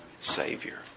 Savior